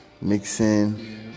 mixing